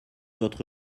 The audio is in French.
votre